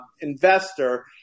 investor